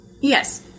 Yes